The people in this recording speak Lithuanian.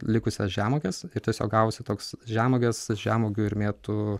likusias žemuoges ir tiesiog gavosi toks žemuogės žemuogių ir mėtų